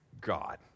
God